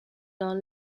dans